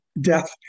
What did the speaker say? death